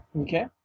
Okay